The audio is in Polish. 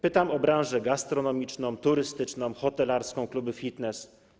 Pytam o branżę gastronomiczną, turystyczną, hotelarską, kluby fitness.